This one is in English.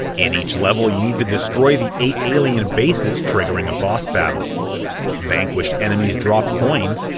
in each level, you need to destroy the eight alien bases, triggering a boss battle vanquished enemies drop coins,